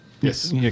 yes